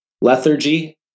lethargy